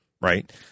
right